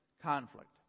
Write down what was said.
conflict